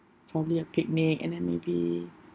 probably a picnic and then maybe